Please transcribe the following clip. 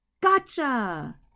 Gotcha